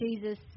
Jesus